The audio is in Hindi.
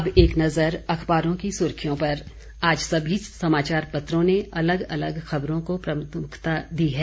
अब एक नजर अखबारों की सुर्खियों पर आज सभी समाचार पत्रों ने अलग अलग खबरों को प्रमुखता दी है